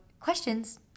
questions